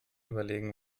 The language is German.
überlegen